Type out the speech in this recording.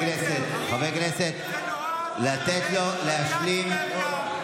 חברי הכנסת, לתת לו להשלים.